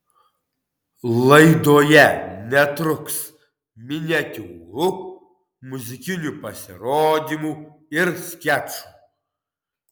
laidoje netruks miniatiūrų muzikinių pasirodymų ir skečų